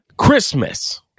Christmas